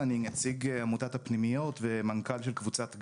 נציג עמותת הפנימיות ומנכ"ל של קבוצת גיא.